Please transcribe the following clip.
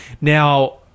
Now